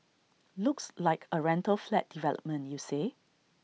looks like A rental flat development you say